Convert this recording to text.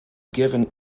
given